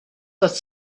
but